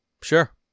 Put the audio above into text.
Sure